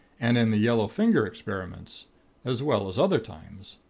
and in the yellow finger experiments as well as other times.